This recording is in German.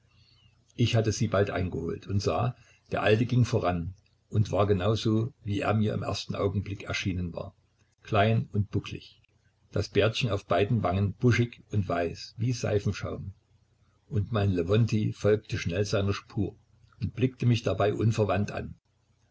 ich hatte sie bald eingeholt und sah der alte ging voran und war genau so wie er mir im ersten augenblick erschienen war klein und bucklig das bärtchen auf beiden wangen buschig und weiß wie seifenschaum und mein lewontij folgte schnell seiner spur und blickte mich dabei unverwandt an